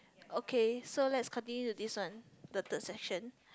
okay so let's continue to this one the third session